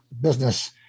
business